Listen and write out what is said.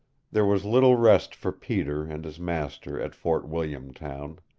there was little rest for peter and his master at fort william town.